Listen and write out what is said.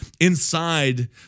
inside